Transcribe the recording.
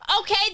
Okay